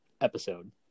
episode